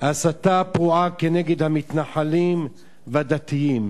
הסתה פרועה כנגד המתנחלים והדתיים.